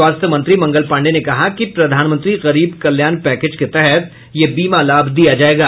स्वास्थ्य मंत्री मंगल पाण्डेय ने कहा कि प्रधानमंत्री गरीब कल्याण पैकेज के तहत ये बीमा लाभ दिया जायेगा